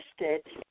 listed